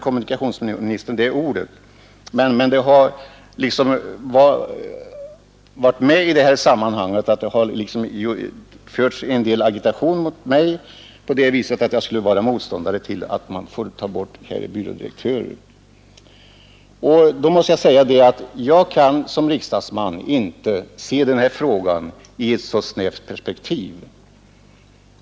Kommunikationsministern använde inte det ordet, men det har i det här sammanhanget förts en del agitation mot mig, som innebär att jag skulle vara motståndare till att SJ får färre byrådirektörer. Som riksdagsman kan jag inte se den här frågan i ett så snävt perspektiv.